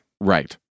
Right